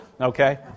okay